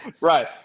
Right